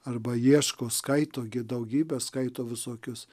arba ieško skaito daugybė skaito visokius